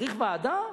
צריך ועדה?